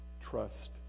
trust